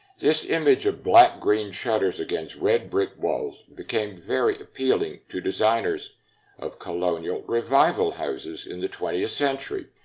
this image of black-green shutters against red brick walls became very appealing to designers of colonial revival houses in the twentieth century,